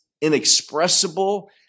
inexpressible